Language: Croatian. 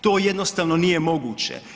To jednostavno nije moguće.